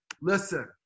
listen